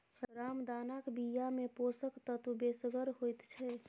रामदानाक बियामे पोषक तत्व बेसगर होइत छै